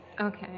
Okay